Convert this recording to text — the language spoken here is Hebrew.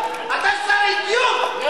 אתה שר אידיוט.